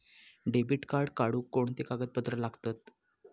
Debit card काढुक कोणते कागदपत्र लागतत?